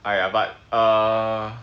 !aiya! but uh